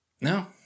No